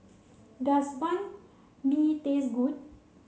does Banh Mi taste good